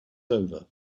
over